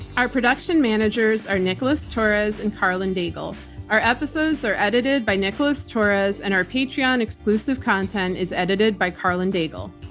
our production managers are nicholas torres and karlyn daigle. our episodes are edited by nicholas torres and our patreon exclusive content is edited by karlyn daigle.